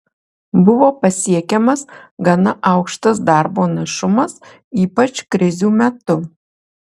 buvo pasiekiamas gana aukštas darbo našumas ypač krizių metu